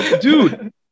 dude